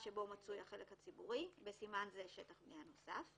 שבו מצוי החלק הציבורי ( בסימן זה - שטח בנייה נוסף),